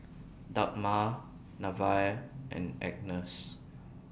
Dagmar Nevaeh and Agnes